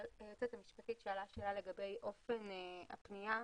היועצת המשפטית שאלה לגבי אופן הפנייה.